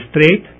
straight